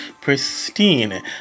pristine